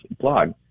blog